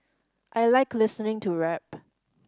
I like listening to rap